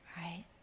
right